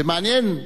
ומעניין,